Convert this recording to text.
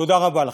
תודה רבה לכם.